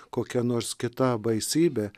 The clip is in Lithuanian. kokia nors kita baisybė